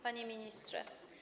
Panie Ministrze!